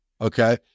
Okay